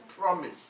promise